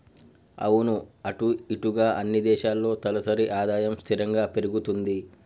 అవును అటు ఇటుగా అన్ని దేశాల్లో తలసరి ఆదాయం స్థిరంగా పెరుగుతుంది